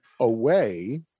Away